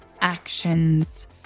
actions